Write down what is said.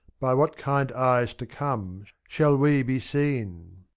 by what kind eyes to come shall we be seen?